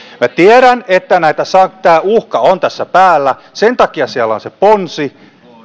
minä tiedän että tämä uhka on tässä päällä sen takia siellä stvn mietinnössä on se ponsi